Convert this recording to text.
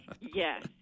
yes